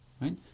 right